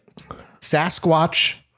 Sasquatch